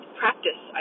practice